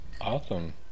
Awesome